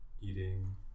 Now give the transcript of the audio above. eating